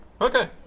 Okay